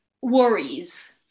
worries